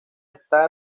está